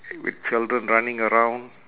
with children running around